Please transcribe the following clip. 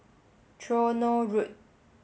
Tronoh Road